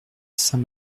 saint